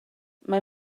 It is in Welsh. mae